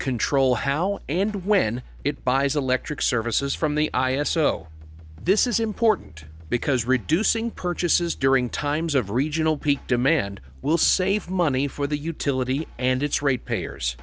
control how and when it buys electric services from the i s o this is important because reducing purchases during times of regional peak demand will save money for the utility and its rate payers